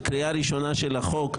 קריאה ראשונה של החוק,